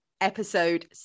episode